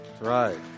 Right